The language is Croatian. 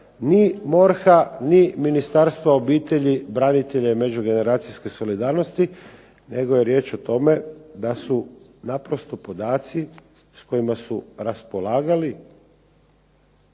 ni MORH-a, ni Ministarstva obitelji, branitelja i međugeneracijske solidarnosti, nego je riječ o tome da su naprosto podaci s kojima su raspolagali